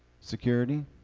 Security